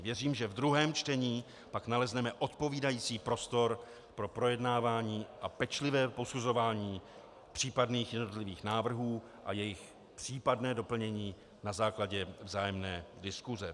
Věřím, že v druhém čtení pak nalezneme odpovídající prostor pro projednávání a pečlivé posuzování případných jednotlivých návrhů a jejich případné doplnění na základě vzájemné diskuse.